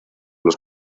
los